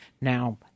now